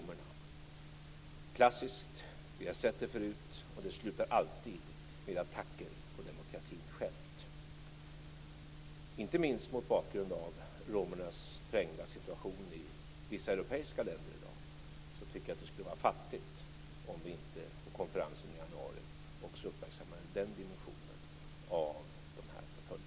Det är klassiskt - vi har sett det förut. Det slutar alltid med attacker på demokratin själv. Inte minst mot bakgrund av romernas trängda situation i vissa europeiska länder i dag tycker jag att det skulle vara fattigt om vi inte på konferensen i januari också uppmärksammade den dimensionen av förföljelserna.